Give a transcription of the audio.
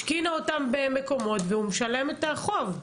השכינה אותם במקומות והוא משלם את החוב.